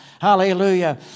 Hallelujah